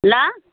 ल